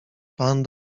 pan